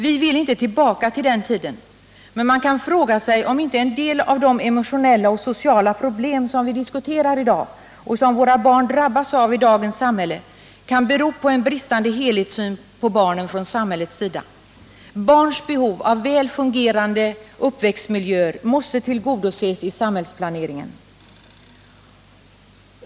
Vi vill inte tillbaka till den tiden, men man kan fråga sig om inte en del av de emotionella och sociala problem som vi diskuterar i dag och som våra barn drabbas av i dagens samhälle kan bero på en bristande helhetssyn på barnen från samhällets sida. Barnens behov av väl fungerande uppväxtmiljöer måste tillgodoses i samhällsplaneringen.